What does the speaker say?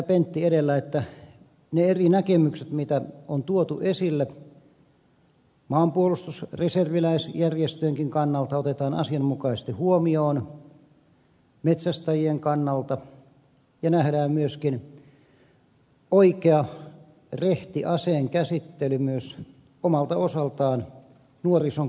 pentti edellä että ne eri näkemykset mitä on tuotu esille maanpuolustusreserviläisjärjestöjenkin kannalta otetaan asianmukaisesti huomioon metsästäjien kannalta ja nähdään myöskin oikea ja rehti aseenkäsittely omalta osaltaan nuorison kasvatuksena